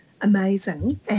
amazing